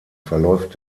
verläuft